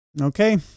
Okay